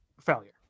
failure